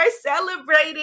celebrating